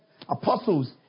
apostles